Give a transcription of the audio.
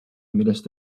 millest